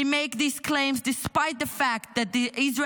They make these claims despite the fact that the Israel